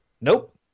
Nope